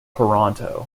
toronto